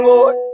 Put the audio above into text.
Lord